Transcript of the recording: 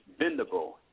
bendable